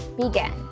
begin